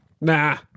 Nah